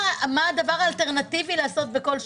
השאלה היא מה הדבר האלטרנטיבי לעשות בכל שקל?